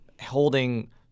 holding